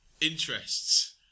interests